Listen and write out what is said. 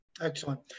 Excellent